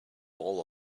all